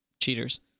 cheaters